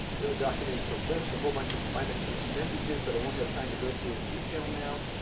there are documents that list a whole bunch of climate change messages that i won't have time to go through in detail now.